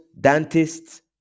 dentists